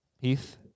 Heath